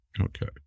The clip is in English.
okay